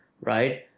right